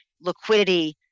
liquidity